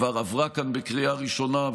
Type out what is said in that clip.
כבר עברה כאן בקריאה ראשונה.